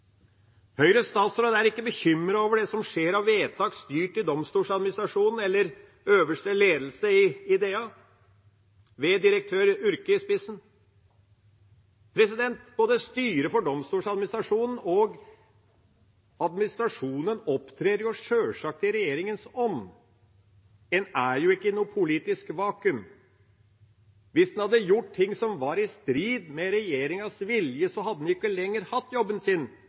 Høyres statsråd er ikke bekymret over det som skjer av vedtak styrt i Domstoladministrasjonen eller øverste ledelse i DA med direktør Urke i spissen. Både styret for Domstoladministrasjonen og administrasjonen opptrer sjølsagt i regjeringas ånd. En er jo ikke i noe politisk vakuum. Hvis en hadde gjort ting som var i strid med regjeringas vilje, hadde en jo ikke lenger hatt jobben sin.